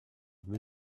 will